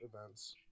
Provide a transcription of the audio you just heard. events